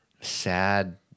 sad